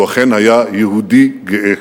הוא אכן היה יהודי גאה.